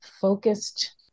focused